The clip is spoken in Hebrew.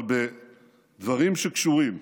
אבל בדברים שקשורים,